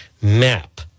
map